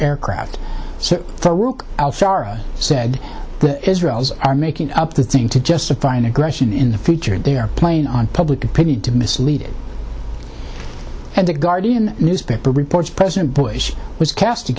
aircraft so for work said the israelis are making up the thing to justify an aggression in the future they are playing on public opinion to mislead and the guardian newspaper reports president bush was